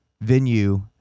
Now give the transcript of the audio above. venue